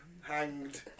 Hanged